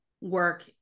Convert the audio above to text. work